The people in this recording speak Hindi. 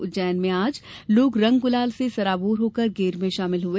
इंदौर में आज लोग रंग गुलाल से सराबोर होकर गेर में शामिल हुए